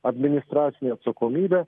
administracine atsakomybe